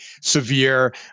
severe